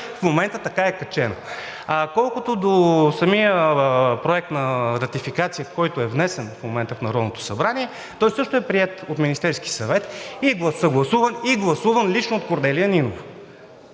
в момента така е качено. Колкото до самия Проект на ратификация, който е внесен в момента в Народното събрание. Той също е приет от Министерския съвет и е съгласуван и гласуван лично от Корнелия Нинова